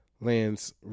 lands